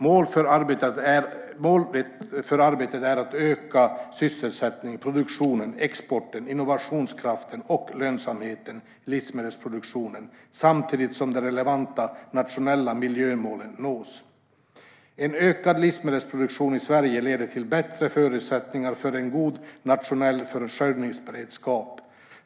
Mål för arbetet är att öka sysselsättningen, produktionen, exporten, innovationskraften och lönsamheten i livsmedelsproduktionen samtidigt som de relevanta nationella miljömålen nås. En ökad livsmedelsproduktion i Sverige leder till bättre förutsättningar för en god nationell försörjningsberedskap.